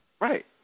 Right